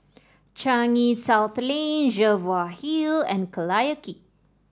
Changi South Lane Jervois Hill and Collyer Quay